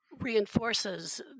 reinforces